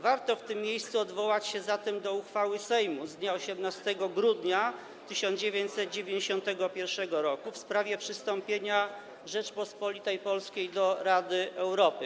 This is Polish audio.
Warto w tym miejscu odwołać się zatem do uchwały Sejmu z dnia 18 grudnia 1991 r. w sprawie przystąpienia Rzeczypospolitej Polskiej do Rady Europy.